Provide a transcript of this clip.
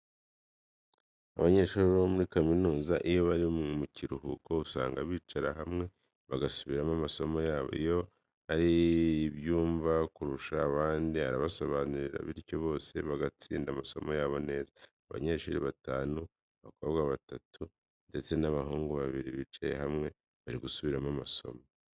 Abanyashuri bo muri kaminuza iyo ari iminsi y'ikiruhuko usanga bicara hamwe bagasubiramo amasomo yabo, iyo hari ubyumva kurusha abandi arabasobanurira, bityo bose bagatsinda amasomo yabo neza. Abanyeshuri batanu, abakobwa batatu, ndetse n'abahungu babiri bicaye hamwe bari gusubiramo amasomo.